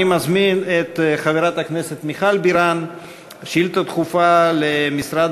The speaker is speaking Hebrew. אני מזמין את חברת הכנסת מיכל בירן לשאילתה דחופה למשרד